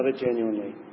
genuinely